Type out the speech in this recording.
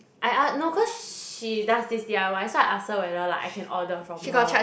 I no cause she does this d_i_y so I ask her whether like I can order from her